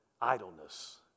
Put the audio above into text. idleness